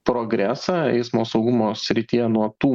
progresą eismo saugumo srityje nuo tų